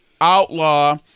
outlaw